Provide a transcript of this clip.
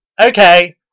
okay